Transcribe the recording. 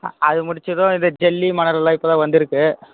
அது முடிச்சதும் இது ஜல்லி மணல்லான் இப்போதான் வந்துயிருக்கு